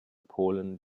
polen